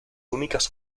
únicas